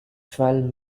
twelve